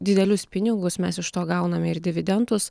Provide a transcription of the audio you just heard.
didelius pinigus mes iš to gauname ir dividendus